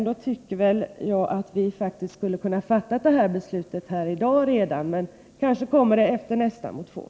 Då tycker jag att vi borde kunna fatta ett beslut redan i dag — men beslutet kanske kommer efter nästa motion.